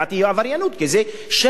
כי זה שטח כבוש.